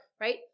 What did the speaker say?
right